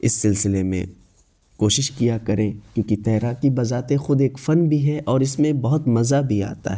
اس سلسلے میں کوشش کیا کریں کیوںکہ تیراکی بذات خود ایک فن بھی ہے اور اس میں بہت مزا بھی آتا ہے